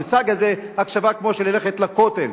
המושג הזה, הקשבה, כמו ללכת לכותל.